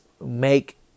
make